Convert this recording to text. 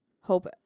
hope